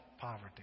poverty